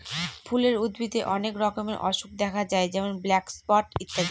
ফুলের উদ্ভিদে অনেক রকমের অসুখ দেখা যায় যেমন ব্ল্যাক স্পট ইত্যাদি